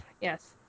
yes